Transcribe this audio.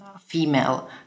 female